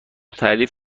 تعریف